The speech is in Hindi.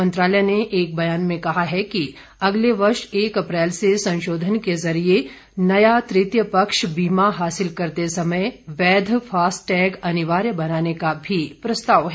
मंत्रालय ने एक बयान में कहा है कि अगले वर्ष एक अप्रैल से संशोधन के जरिए नया तृतीय पक्ष बीमा हासिल करते समय वैध फासटैग अनिवार्य बनाने का भी प्रस्ताव है